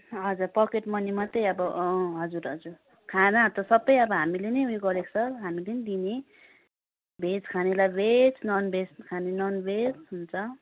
हजुर pocket money मात्रै अब अँ हजुर हजुर खानाहरू त सबै अब हामीले नै ऊ यो गरेको छ हामीले नै दिने भेज खानेलाई भेज नन् भेज खाने नन् भेज हुन्छ